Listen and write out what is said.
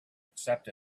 accept